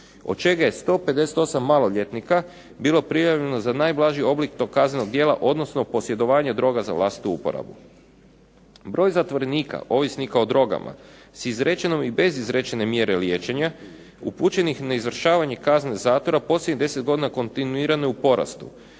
od čega je 158 maloljetnika bilo privedeno za najblaži oblik tog kaznenog djela odnosno posjedovanje droga za vlastitu uporabu. Broj zatvorenika ovisnika o drogama s izrečenom i bez izrečene mjere liječenja upućenih na izvršavanje kazne zatvora posljednjih 10 godina kontinuirano je u porastu.